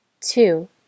two